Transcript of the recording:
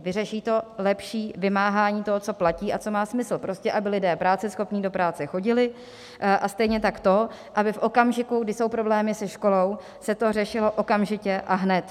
Vyřeší to lepší vymáhání toho, co platí a co má smysl, prostě aby lidé práceschopní do práce chodili, a stejně tak to, aby v okamžiku, kdy jsou problémy se školou, se to řešilo okamžitě a hned.